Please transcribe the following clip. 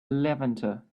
levanter